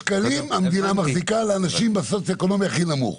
המדינה מחזיקה באלפי שקלים לאנשים במצב הסוציו אקונומי הכי נמוך.